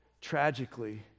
tragically